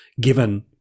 given